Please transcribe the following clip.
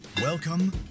Welcome